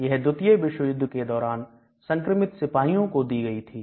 यह द्वितीय विश्व युद्ध के दौरान संक्रमित सिपाहियों को दी गई थी